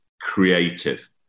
creative